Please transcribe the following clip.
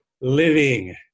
living